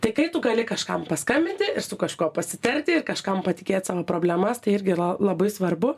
tai kaip tu gali kažkam paskambinti ir su kažkuo pasitarti ir kažkam patikėt savo problemas tai irgi yra labai svarbu